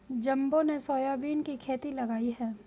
जम्बो ने सोयाबीन की खेती लगाई है